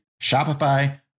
Shopify